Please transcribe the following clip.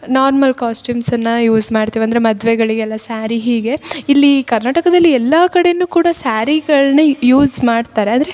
normal ಕಾಸ್ಟ್ಯೂಮ್ಸನ್ನ use ಮಾಡ್ತೆವೆ ಅಂದರೆ ಮದುವೆಗಳಿಗೆಲ್ಲ ಸ್ಯಾರಿ ಹೀಗೆ ಇಲ್ಲಿ ಕರ್ನಾಟಕದಲ್ಲಿ ಎಲ್ಲಾ ಕಡೆಯೂ ಕೂಡ ಸ್ಯಾರಿಗಳನ್ನೇ ಯೂಸ್ ಮಾಡ್ತರೆ ಆದರೆ